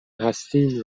هستیم